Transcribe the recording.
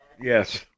Yes